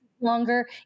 longer